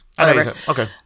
Okay